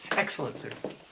excellent, sir.